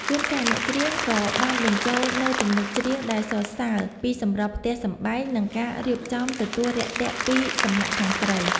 ជួនកាល អ្នកច្រៀងក៏បានបញ្ចូលនូវទំនុកច្រៀងដែលសរសើរពីសម្រស់ផ្ទះសម្បែង និងការរៀបចំទទួលរាក់ទាក់ពីសំណាក់ខាងស្រី